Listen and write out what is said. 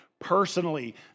personally